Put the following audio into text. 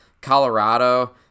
Colorado